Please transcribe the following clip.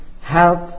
help